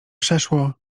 przeszło